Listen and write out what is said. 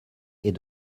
est